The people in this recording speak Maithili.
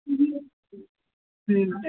हुँ